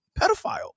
pedophile